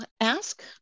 ask